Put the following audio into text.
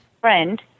friend